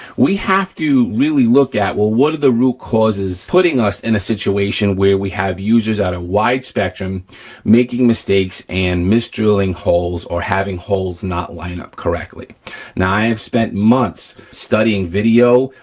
we have to really look at, well, what are the root causes putting us in a situation where we have users at a wide spectrum making mistakes and mis-drilling holes or having holes not line up correctly. now i've spent months studying video,